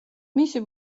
მისი